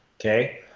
Okay